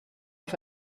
auf